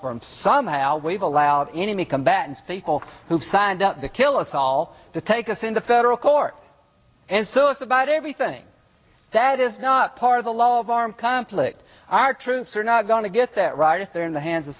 him somehow we've allowed enemy combatants people who signed up to kill us all to take us into federal court and so it's about everything that is not part of the law of armed conflict our troops are not going to get that right if they're in the hands of